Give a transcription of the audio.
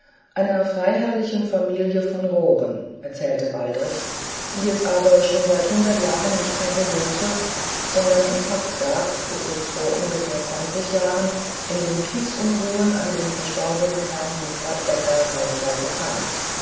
einer freiherrlichen familie von roren erzählte waldrich die es aber schon seit hundert jahren nicht mehr bewohnte sondern in pacht gab bis es vor ungefähr zwanzig jahren in den kriegsunruhen an den verstorbenen herrn hofrat becker kaufsweise kam